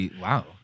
wow